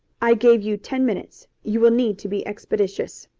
i gave you ten minutes. you will need to be expeditious.